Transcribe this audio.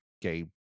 gay